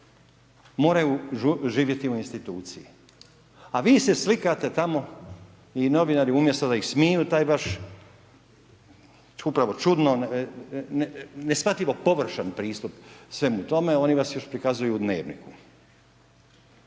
moraju živjeti u instituciji, a vi se slikate tamo ili novinari umjesto da ih smiju taj vaš, upravo čudno, neshvatljivo površan pristup svemu tome, oni vas još prikazuju u dnevniku.